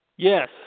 Yes